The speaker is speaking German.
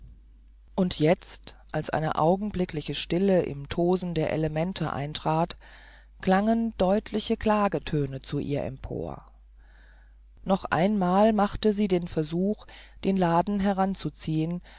und jetzt als eine augenblickliche stille im tosen der elemente eintrat klangen deutliche klagetöne zu ihr empor noch ein mal machte sie den versuch den laden heranzuziehen